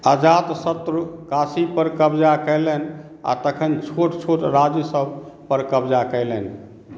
अजातशत्रु काशीपर कब्जा कयलनि आ तखन छोट छोट राज्यसभपर कब्जा कयलनि